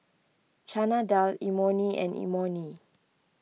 Chana Dal Imoni and Imoni